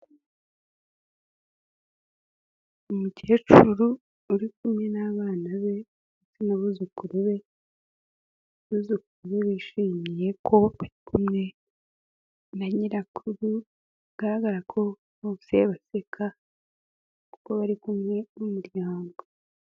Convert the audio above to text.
Umukecuru uri kumwe n'abana be n'abuzukuru be, abuzukuru be bishimiye ko bari kumwe na nyirakuru, bigaragara ko bose baseka ubwo bari kumwe n'umuryango.